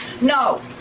No